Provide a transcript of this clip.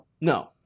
No